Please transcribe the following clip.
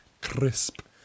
Crisp